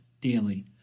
daily